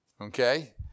okay